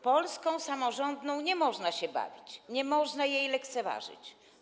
Polską samorządną nie można się bawić, nie można jej lekceważyć.